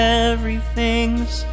everything's